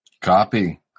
copy